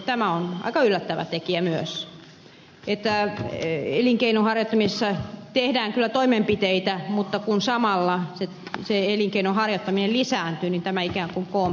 tämä on aika yllättävä tekijä myös että elinkeinon harjoittamisessa tehdään kyllä toimenpiteitä mutta kun samalla se elinkeinon harjoittaminen lisääntyy niin tämä ikään kun kompensoi